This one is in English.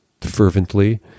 fervently